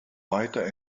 weiter